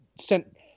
sent